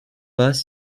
pas